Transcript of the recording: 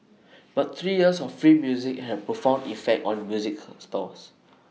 but three years of free music had A profound effect on music stores